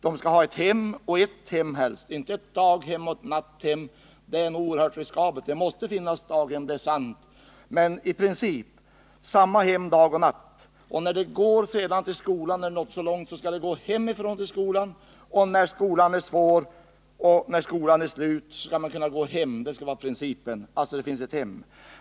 De skall ha ett hem — och helst ert hem, inte ett daghem och ett natthem, för det är oerhört riskabelt. Det måste finnas daghem, det är sant. Men i princip skall barnen ha samma hem dag och natt. När barnen sedan går till skolan, så skall de gå hemifrån till skolan, och när skolan är slut skall de kunna gå hem. Principen skall alltså vara att det finns ett hem.